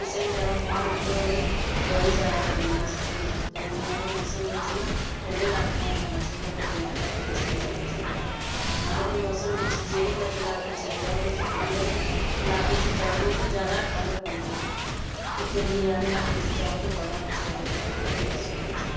किसै बी तरह बाहर निकलग ते बड़ी जादा गर्मी मसूस होंदी ऐ ते गर्मी आह्ले मौसम बिच ना ठंड आह्ले ल्हाके च गै जाना चाहिदा गर्मी आह्ले ल्हाके च निं जाना चाहिदा ठंड बिच जेह्ड़े मर्ज़ी ल्हाके च चली जाओ तुस ठंड दे लाकै च जाह्गे ते जादा ठंड पौनी ऐ ते गर्मी आह्ले ल्हाके च जाओ ते बड़ा अच्छा लगदा ठंड दे लाकै च